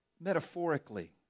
metaphorically